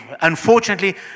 Unfortunately